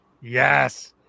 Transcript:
Yes